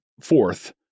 fourth